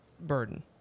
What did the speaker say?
burden